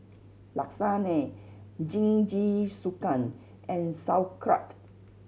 Lasagne Jingisukan and Sauerkraut